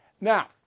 Now